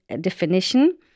definition